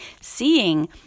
seeing